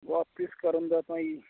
ਵਾਪਸ ਕਰਨ ਦਾ ਤਾਂ ਜੀ